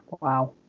Wow